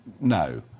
no